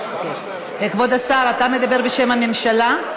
כבוד השר, אתה מדבר בשם הממשלה?